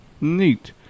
Neat